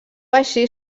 així